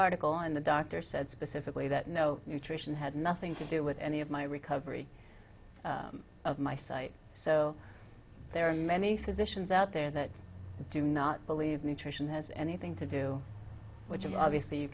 article and the doctor said specifically that no nutrition had nothing to do with any of my recovery of my site so there are many physicians out there that do not believe nutrition has anything to do with them obviously you